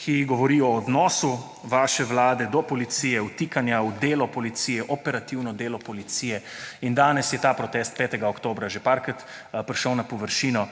ki govori o odnosu vaše vlade do policije, vtikanja v delo policije, operativno delo policije. In danes je ta protest 5. oktobra že nekajkrat prišel na površino.